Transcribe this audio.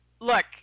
look